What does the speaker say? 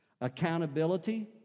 accountability